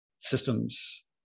systems